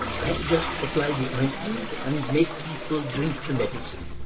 i just apply the ointment and make people drink the medicine.